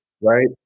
right